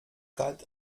galt